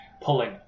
pulling